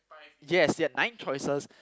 yes they had nine choices